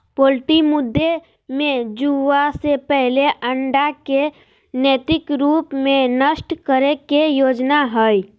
poultry मुद्दे में चूजा से पहले अंडा के नैतिक रूप से नष्ट करे के योजना हइ